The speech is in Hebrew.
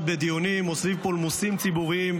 בדיונים או סביב פולמוסים ציבוריים,